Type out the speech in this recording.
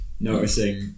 noticing